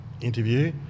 interview